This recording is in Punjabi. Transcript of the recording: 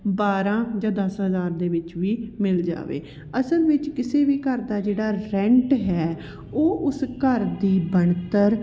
ਬਾਰਾਂ ਜਾਂ ਦਸ ਹਜ਼ਾਰ ਦੇ ਵਿੱਚ ਵੀ ਮਿਲ ਜਾਵੇ ਅਸਲ ਵਿੱਚ ਕਿਸੇ ਵੀ ਘਰ ਦਾ ਜਿਹੜਾ ਰੈਂਟ ਹੈ ਉਹ ਉਸ ਘਰ ਦੀ ਬਣਤਰ